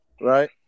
right